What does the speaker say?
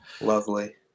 Lovely